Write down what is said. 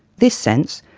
this sense,